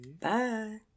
bye